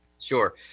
Sure